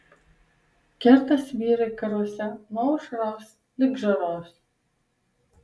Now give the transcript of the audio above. kertas vyrai karuose nuo aušros lig žaros